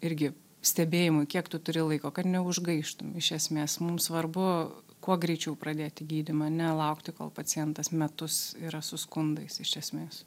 irgi stebėjimui kiek tu turi laiko kad neužgaištum iš esmės mum svarbu kuo greičiau pradėti gydymą nelaukti kol pacientas metus yra su skundais iš esmės